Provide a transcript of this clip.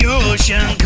ocean